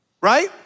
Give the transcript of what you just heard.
Right